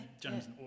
James